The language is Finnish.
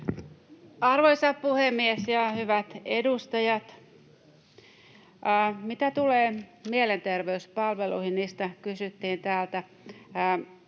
Arvoisa puhemies! Hyvät edustajat! Mitä tulee mielenterveyspalveluihin — niistä kysyttiin täällä